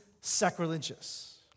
sacrilegious